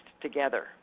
together